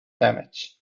damage